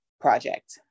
project